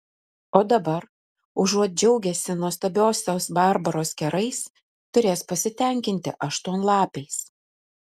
o dabar užuot džiaugęsi nuostabiosios barbaros kerais turės pasitenkinti aštuonlapiais